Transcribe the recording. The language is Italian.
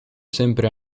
sempre